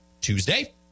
Tuesday